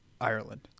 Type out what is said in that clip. ireland